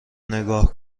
نگاه